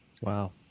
Wow